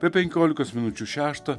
be penkiolikos minučių šeštą